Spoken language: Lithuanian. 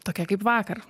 tokia kaip vakar